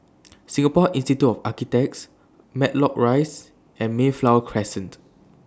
Singapore Institute of Architects Matlock Rise and Mayflower Crescent